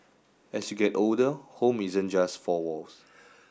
as you get older home isn't just four walls